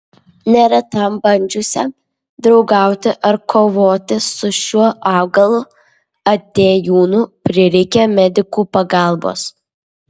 neretam bandžiusiam draugauti ar kovoti su šiuo augalu atėjūnu prireikė medikų pagalbos